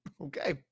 Okay